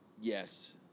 Yes